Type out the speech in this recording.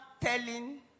telling